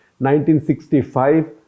1965